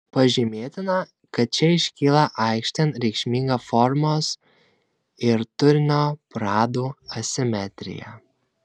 pažymėtina kad čia iškyla aikštėn reikšminga formos ir turinio pradų asimetrija